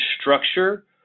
structure